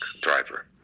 driver